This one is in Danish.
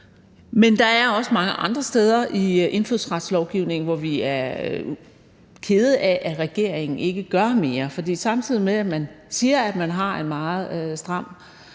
Men der er også mange andre steder i indfødsretslovgivningen, hvor vi er kede af at regeringen ikke gør mere. For samtidig med at man siger, at man har en meget stram